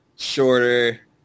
shorter